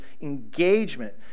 engagement